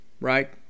right